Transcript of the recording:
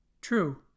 True